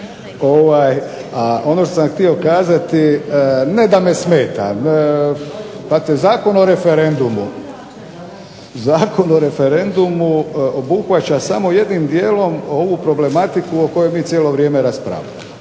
ono što sam htio kazati, ne da me smeta. Pazite Zakon o referendumu obuhvaća samo jednim dijelom ovu problematiku o kojoj mi cijelo vrijeme raspravljamo.